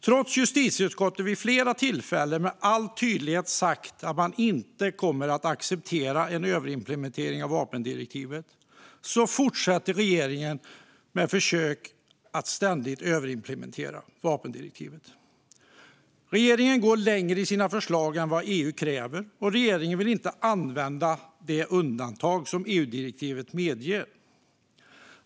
Trots att justitieutskottet vid flera tillfällen med all tydlighet har sagt att man inte kommer att acceptera en överimplementering av vapendirektivet så fortsätter regeringen med försök att ständigt överimplementera vapendirektivet. Regeringen går längre i sina förslag än vad EU kräver, och regeringen vill inte använda det undantag som EU-direktivet medger.